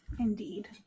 Indeed